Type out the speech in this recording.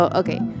okay